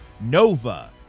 Nova